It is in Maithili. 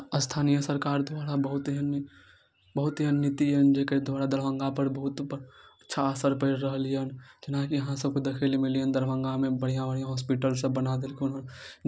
दरभङ्गामे धान कऽ फसल मुश्त होयत छै दालिके फसल मुश्त होयत छै गहुँम कऽ फसल मुश्त होयत छै गन्ना कऽ फसल मुश्त होयत छै तऽ हमसब जे धान उपजाबैत छी